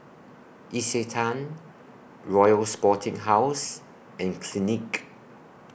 Isetan Royal Sporting House and Clinique